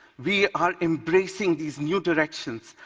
we are embracing these new directions,